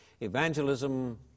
Evangelism